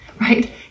right